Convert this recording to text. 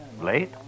Late